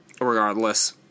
regardless